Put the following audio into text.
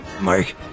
Mark